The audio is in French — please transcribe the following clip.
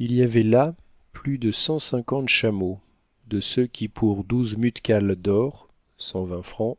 il y avait là plus de cent cinquante chameaux de ceux qui pour douze mutkals d'or cent vingt-cinq francs